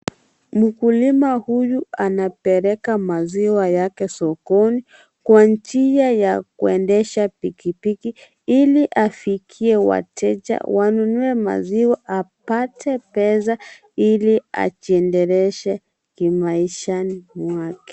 Mkulima huyu anapeleka maziwa yake sokoni kwa njia ya kuendesha pikipiki Ili afikie wateja, wanunue maziwa apate pesa ili ajiendeleze kimaishani mwake.